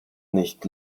nicht